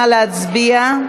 נא להצביע.